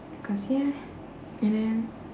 because ya and then